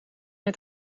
het